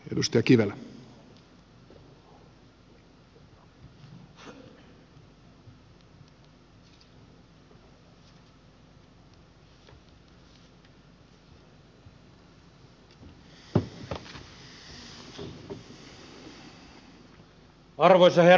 arvoisa herra puhemies